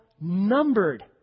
numbered